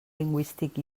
lingüístic